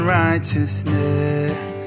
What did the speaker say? righteousness